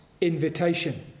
invitation